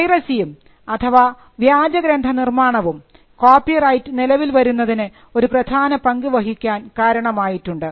പൈറസിയും അഥവാ വ്യാജ ഗ്രന്ഥ നിർമ്മാണവും കോപ്പിറൈറ്റ് നിലവിൽ വരുന്നതിന് ഒരു പ്രധാന പങ്കു വഹിയ്ക്കാൻ കാരണമായിട്ടുണ്ട്